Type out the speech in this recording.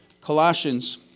Colossians